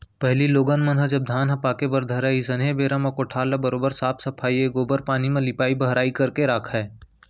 पहिली लोगन मन ह जब धान ह पाके बर धरय अइसनहे बेरा म कोठार ल बरोबर साफ सफई ए गोबर पानी म लिपाई बहराई करके राखयँ